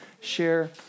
share